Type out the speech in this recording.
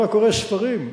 כל הקורא ספרים,